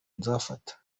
nzafata